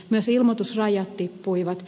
myös ilmoitusrajat tippuivat